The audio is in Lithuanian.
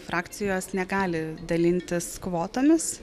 frakcijos negali dalintis kvotomis